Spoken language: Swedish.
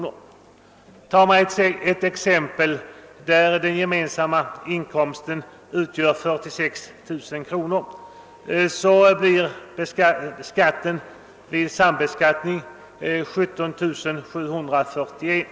Om man tar det exemplet att den gemensamma inkomsten utgör 46 000 kr. blir skatten 17741 kr.